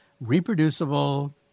reproducible